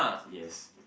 yes